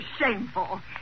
shameful